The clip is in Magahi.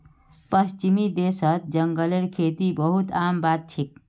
पश्चिमी देशत जंगलेर खेती बहुत आम बात छेक